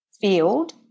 field